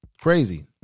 crazy